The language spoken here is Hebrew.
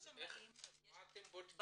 אז מה אתם בודקים?